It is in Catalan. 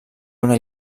una